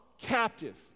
captive